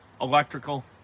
electrical